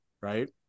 Right